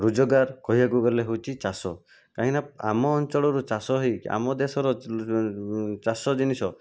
ରୋଜଗାର କହିବାକୁ ଗଲେ ହେଉଛି ଚାଷ କାହିଁକିନା ଆମ ଅଞ୍ଚଳରୁ ଚାଷ ହେଇକି ଆମ ଦେଶରେ ଚାଷ ଜିନିଷ